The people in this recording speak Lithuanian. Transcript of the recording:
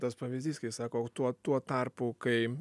tas pavyzdys kai sako o tuo tuo tarpu kai